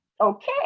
okay